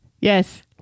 Yes